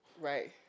Right